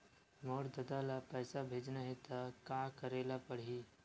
मोर ददा ल पईसा भेजना हे त का करे ल पड़हि?